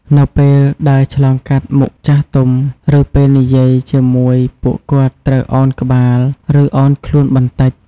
នៅពេលដើរឆ្លងកាត់មុខចាស់ទុំ ឬពេលនិយាយជាមួយពួកគាត់ត្រូវឱនក្បាល ឬឱនខ្លួនបន្តិច។